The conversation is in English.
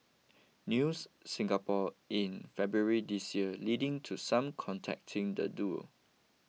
News Singapore in February this year leading to some contacting the duo